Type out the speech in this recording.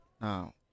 Now